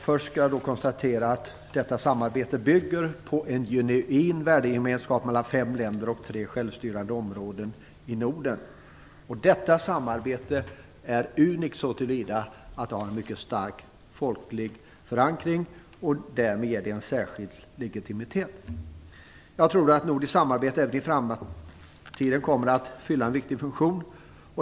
Först skall jag konstatera att det nordiska samarbetet bygger på en genuin värdegemenskap mellan fem länder och tre självstyrande områden i Norden. Detta samarbete är unikt så till vida att det har en mycket stark folklig förankring. Därmed ges det en särskild legitimitet. Jag tror att nordiskt samarbete även i framtiden kommer att fylla en viktig funktion.